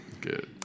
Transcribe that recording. Good